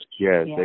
Yes